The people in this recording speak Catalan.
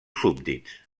súbdits